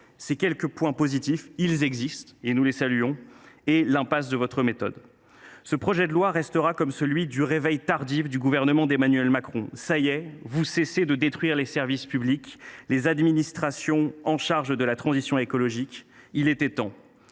ses quelques aspects positifs – ils existent et nous les saluons –, d’autre part, sur l’impasse de votre méthode. Ce projet de loi restera comme celui du réveil tardif du gouvernement d’Emmanuel Macron. Ça y est, vous cessez de détruire les services publics et les administrations chargées de la transition écologique ! Il était temps.